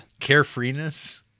carefreeness